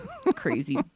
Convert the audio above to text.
crazy